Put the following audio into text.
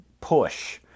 push